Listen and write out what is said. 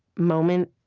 moment,